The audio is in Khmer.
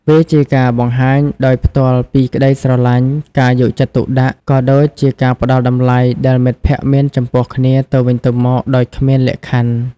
វាជាការបង្ហាញដោយផ្ទាល់ពីក្តីស្រឡាញ់ ការយកចិត្តទុកដាក់ ក៏ដូចជាការផ្តល់តម្លៃដែលមិត្តភក្តិមានចំពោះគ្នាទៅវិញទៅមកដោយគ្មានលក្ខខណ្ឌ។